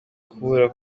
kubura